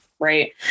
Right